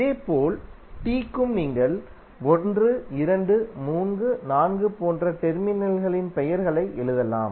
இதேபோல் டி க்கும் நீங்கள் 1 2 3 4 போன்ற டெர்மினல்களின் பெயர்களை எழுதலாம்